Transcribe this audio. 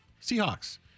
Seahawks